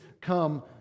come